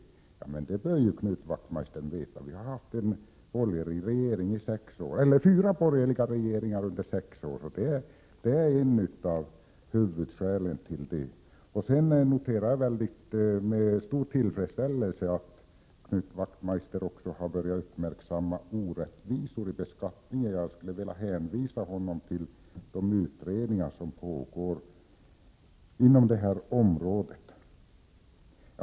Men den bör ju Knut Wachtmeister känna till. Vi har haft fyra borgerliga regeringar under sex år. Det är ju ett av huvudskälen. Jag noterade med stor tillfredsställelse att Knut Wachtmeister har börjat uppmärksamma även orättvisor i beskattningen. Jag skulle vilja hänvisa honom till de utredningar som pågår på detta område.